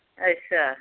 अच्छा